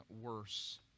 worse